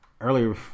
Earlier